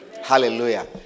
Hallelujah